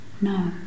no